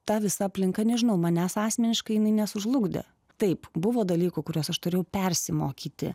ta visa aplinka nežinau manęs asmeniškai jinai nesužlugdė taip buvo dalykų kuriuos aš turėjau persimokyti